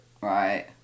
Right